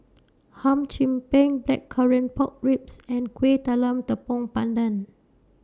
Hum Chim Peng Blackcurrant Pork Ribs and Kuih Talam Tepong Pandan